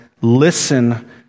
listen